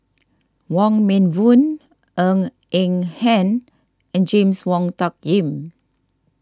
Wong Meng Voon Ng Eng Hen and James Wong Tuck Yim